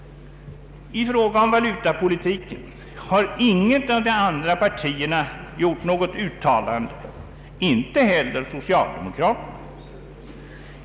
I fråga om valutapolitiken har inte något av de andra partierna gjort något uttalande, inte heller socialdemokraterna.